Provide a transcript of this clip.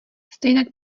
stejnak